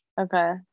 Okay